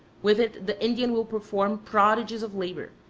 with it the indian will perform prodigies of labor,